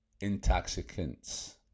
Intoxicants